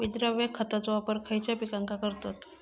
विद्राव्य खताचो वापर खयच्या पिकांका करतत?